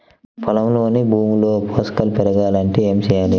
పొలంలోని భూమిలో పోషకాలు పెరగాలి అంటే ఏం చేయాలి?